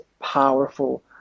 powerful